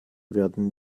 werden